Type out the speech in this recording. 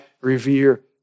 revere